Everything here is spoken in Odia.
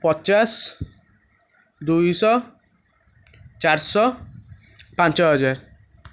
ପଚାଶ ଦୁଇଶହ ଚାରିଶହ ପାଞ୍ଚ ହଜାର